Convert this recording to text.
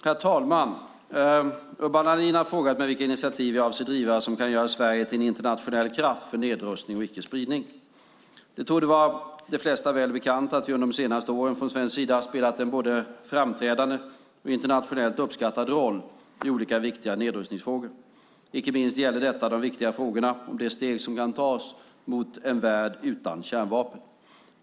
Herr talman! Urban Ahlin har frågat mig vilka initiativ jag avser att driva som kan göra Sverige till en internationell kraft för nedrustning och icke-spridning. Det torde vara de flesta väl bekant att vi under de senaste åren från svensk sida spelat en både framträdande och internationellt uppskattad roll i olika viktiga nedrustningsfrågor. Inte minst gäller detta de viktiga frågorna om de steg som kan tas mot en värld utan kärnvapen.